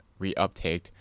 reuptaked